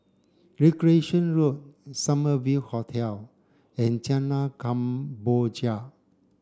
Recreation Road Summer View Hotel and Jalan Kemboja